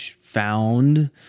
found